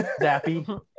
Zappy